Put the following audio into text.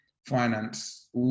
finance